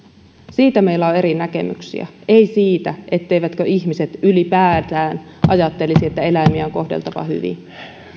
siitä meillä on eri näkemyksiä ei siitä etteivätkö ihmiset ylipäätään ajattelisi että eläimiä on kohdeltava hyvin